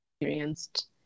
experienced